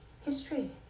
history